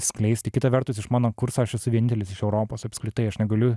skleisti kita vertus iš mano kurso aš esu vienintelis iš europos apskritai aš negaliu